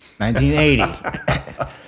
1980